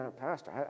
Pastor